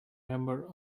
member